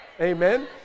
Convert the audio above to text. Amen